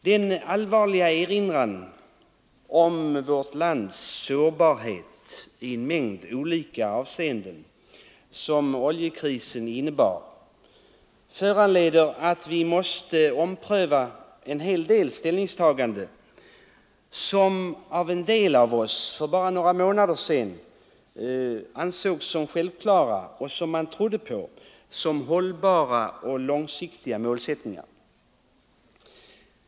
Den allvarliga erinran om vårt lands sårbarhet i flera olika avseenden som oljekrisen utgjorde föranleder oss att ompröva en rad ställningstaganden, som många av oss för bara några månader sedan ansåg självklara och som man trodde var hållbara och långsiktiga målsättningar.